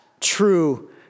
true